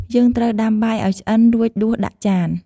យើងត្រូវដាំបាយឱ្យឆ្អិន រួចដួសដាក់ចាន។